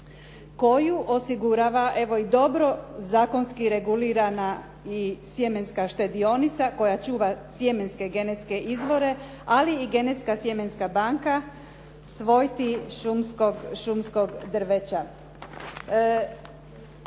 koju osigurava evo i dobro zakonski regulirana i sjemenska štedionica koja čuva sjemenske genetske izvore ali i genetska sjemenska banka svojti šumskog drveća.